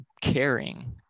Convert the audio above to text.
caring